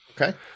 Okay